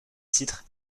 titre